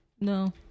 no